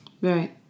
Right